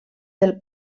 del